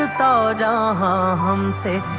ah da da um